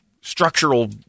structural